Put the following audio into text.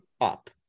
up